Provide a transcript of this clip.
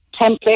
template